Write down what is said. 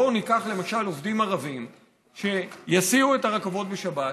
בואו ניקח למשל עובדים ערבים שיסיעו את הרכבות בשבת.